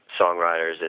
songwriters